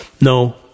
No